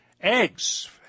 eggs